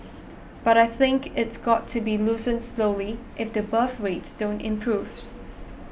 but I think it's got to be loosened slowly if the birth rates don't improve